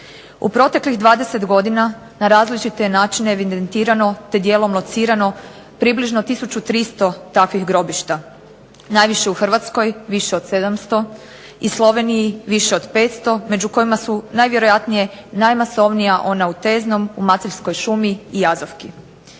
U proteklih 20 godina, na različite je načine evidentirano te dijelom locirano približno tisuću 300 takvih grobišta, najviše u Hrvatskoj više od 700, i Sloveniji više od 500, među kojima su najvjerojatnije najmasovnija ona u Teznom, u Maceljskoj šumi i Jazavki.